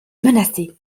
menacé